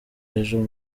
ejo